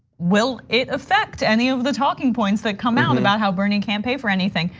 will it affect any of the talking points that come out and about how bernie can pay for anything?